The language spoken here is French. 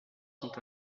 sont